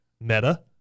Meta